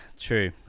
true